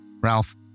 Ralph